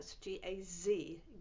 G-A-Z